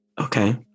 Okay